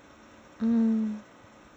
mm